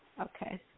Okay